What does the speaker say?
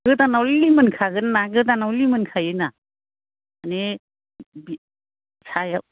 गोदानाव लिमोनखागोन ना गोदानाव लिमोनखायो ना माने सायाव